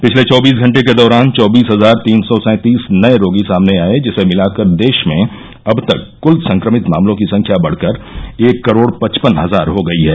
पिछले चौबीस घंटे के दौरान चौबीस हजार तीन सौ सैंतीस नए रोगी सामने आए जिसे मिलाकर देश में अब तक कुल संक्रमित मामलों की संख्या बढ़कर एक करोड़ पचपन हजार हो गई है